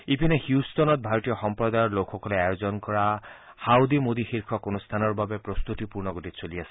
ইপিনে হিউট্টনত ভাৰতীয় সম্প্ৰদায়ৰ লোকসকলে আয়োজন কৰা হাউদি মোডী শীৰ্ষক অনুষ্ঠানৰ বাবে প্ৰস্তুতি পূৰ্ণগতিত চলি আছে